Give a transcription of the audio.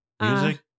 Music